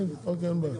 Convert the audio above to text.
אין בעיה.